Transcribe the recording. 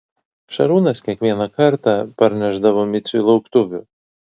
šarūnas kiekvieną kartą parnešdavo miciui lauktuvių